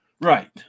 right